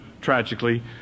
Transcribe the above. tragically